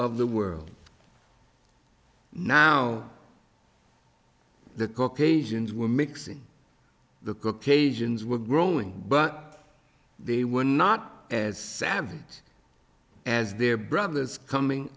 of the world now the caucasians were mixing the cook asians were growing but they were not as savvy as their brothers coming